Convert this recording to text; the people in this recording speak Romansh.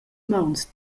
mauns